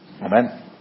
Amen